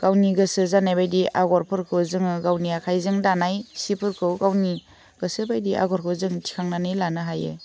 गावनि गोसो जानाय बायदि आगरफोरखौ जोङो गावनि आखाइजों दानाय सिफोरखौ गावनि गोसो बायदि आगरबो जों थिखांनानै लानो हायो